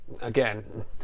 again